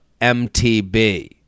MTB